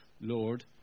Lord